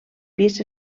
pis